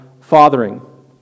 fathering